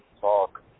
Talk